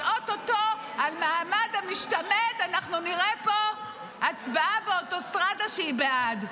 אבל או-טו-טו על מעמד המשתמט אנחנו נראה פה הצבעה באוטוסטרדה שהיא בעד.